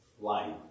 light